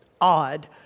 odd